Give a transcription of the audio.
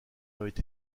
avait